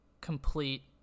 complete